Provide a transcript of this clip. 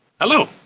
Hello